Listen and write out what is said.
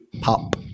pop